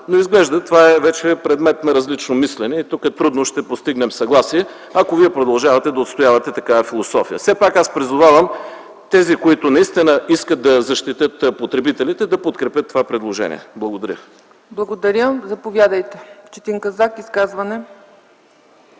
но изглежда това е предмет на различно мислене и тук трудно ще постигнем съгласие, ако Вие продължавате да отстоявате такава философия. Все пак аз призовавам тези, които наистина искат да защитят потребителите, да подкрепят това предложение. Благодаря. ПРЕДСЕДАТЕЛ ЦЕЦКА ЦАЧЕВА: Благодаря. Давам